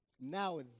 Now